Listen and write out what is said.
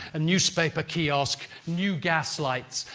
a newspaper kiosk, new gas lights.